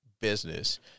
business